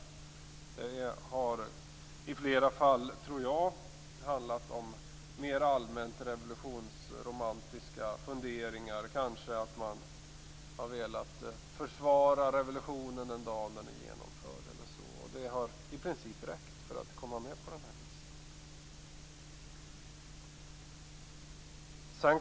Det har i flera fall, tror jag, mer handlat om allmänt revolutionsromantiska funderingar - kanske har man velat försvara revolutionen den dag den är genomförd eller så. Detta har i princip räckt för att komma med på den här listan.